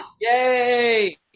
Yay